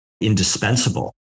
indispensable